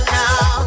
now